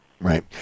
Right